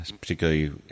particularly